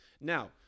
Now